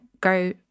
go